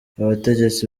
abategetsi